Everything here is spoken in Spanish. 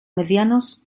medianos